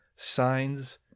signs